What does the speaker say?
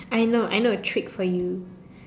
I know I know a trick for you